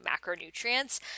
macronutrients